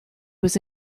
was